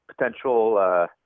potential